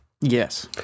Yes